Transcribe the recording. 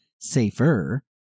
safer